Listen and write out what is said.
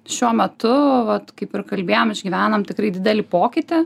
šiuo metu vat kaip ir kalbėjom išgyvenam tikrai didelį pokytį